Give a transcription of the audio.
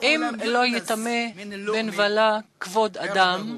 "אם לא יטמא בנבלה כבוד אדם,